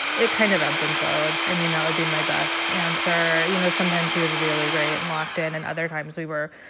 it kind of ebbed and flowed. i mean, that would be my best answer. you know, sometimes he was really great and locked in. and other times, we were,